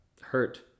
hurt